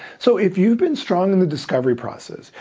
so if you've been strong in the discovery process,